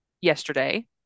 yesterday